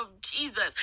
Jesus